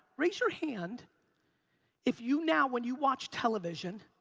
raise your hand if you now when you watch television